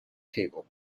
table